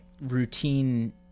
routine